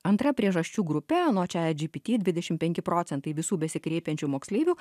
antra priežasčių grupė anot chat gpt dvidešim penki procentai visų besikreipiančių moksleivių